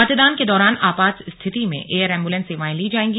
मतदान के दौरान आपात स्थिति में एयर एम्बुलेंस सेवाएं ली जाएगी